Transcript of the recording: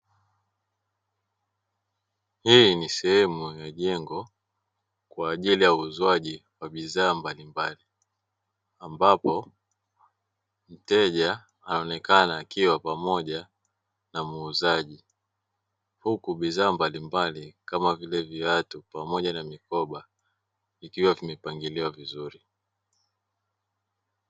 Hii ni sehemu ya jengo kwa ajili ya uuzaji wa bidhaa mbalimbali, ambapo mteja anaonekana akiwa pamoja na muuzaji huku bidhaa mbalimbali kama vile: viatu pamoja na mikoba, vikiwa vimepangiliwa vizuri.